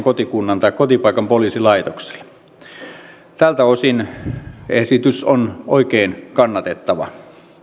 kotikunnan tai kotipaikan poliisilaitokselle tältä osin esitys on oikein kannatettava